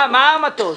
מה המטוס?